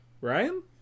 Ryan